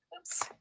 oops